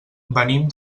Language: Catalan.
venim